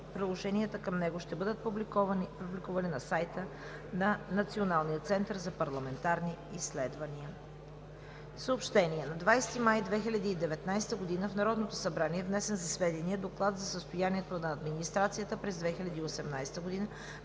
приложенията към него ще бъдат публикувани на сайта на Националния център за парламентарни изследвания. - на 20 май 2019 г. в Народното събрание е внесен за сведение Доклад за състоянието на администрацията през 2018 г.,